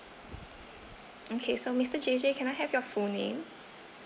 okay so mister J J can I have your full name